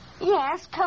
Yes